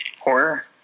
horror